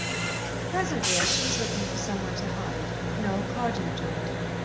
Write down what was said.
presently, as she was looking for somewhere to hide, noel cardew joined her.